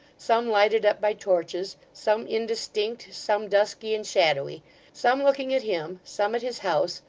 some lighted up by torches, some indistinct, some dusky and shadowy some looking at him, some at his house,